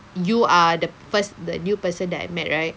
you are the first the new person that I met right